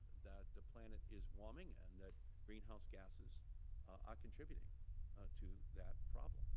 that the planet is warming and that greenhouse gases are contributing to that problem.